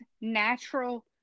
natural